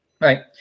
right